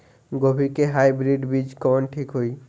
गोभी के हाईब्रिड बीज कवन ठीक होई?